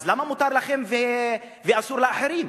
אז למה מותר לכם ואסור לאחרים?